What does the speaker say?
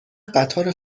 قطار